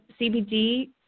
CBD